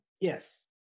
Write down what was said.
yes